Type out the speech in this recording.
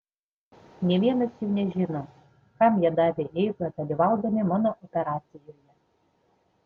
nė vienas jų nežino kam jie davė eigą dalyvaudami mano operacijoje